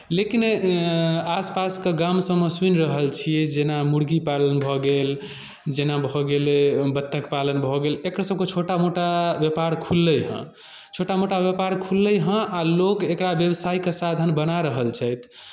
लेकिन आस पासके गामसभमे सुनि रहल छियै जेना मुर्गी पालन भऽ गेल जेना भऽ गेलै बत्तख पालन भऽ गेल एकरसभके छोटा मोटा व्यापार खुललै हेँ छोटा मोटा व्यापार खुललै हेँ आ लोक एकरा व्यवसायके साधन बना रहल छथि